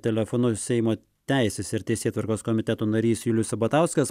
telefonu seimo teisės ir teisėtvarkos komiteto narys julius sabatauskas